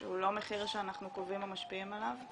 שהוא לא מחיר שאנחנו קובעים או משפיעים עליו?